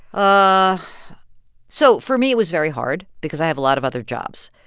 ah so for me, it was very hard because i have a lot of other jobs,